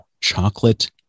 chocolate